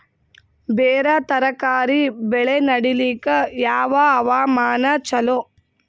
ಬೇರ ತರಕಾರಿ ಬೆಳೆ ನಡಿಲಿಕ ಯಾವ ಹವಾಮಾನ ಚಲೋ?